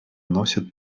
носит